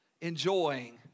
enjoying